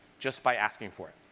just by asking for it.